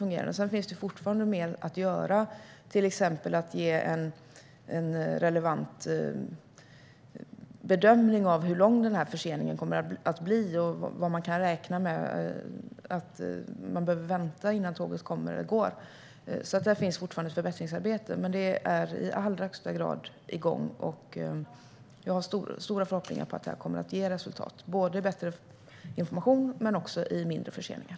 Men det finns fortfarande mer att göra, till exempel när det gäller att ge en relevant bedömning av hur lång förseningen kommer att bli och hur länge man kan räkna med att behöva vänta innan tåget kommer eller går. Där finns fortfarande ett förbättringsarbete att göra. Men arbetet är i allra högsta grad igång, och jag hyser stora förhoppningar om att detta kommer att ge resultat både när det gäller bättre information och när det gäller mindre förseningar.